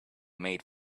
made